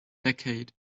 decade